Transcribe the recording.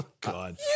God